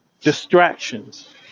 Distractions